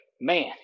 man